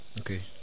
okay